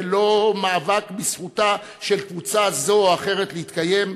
ולא מאבק בזכותה של קבוצה זו או אחרת להתקיים,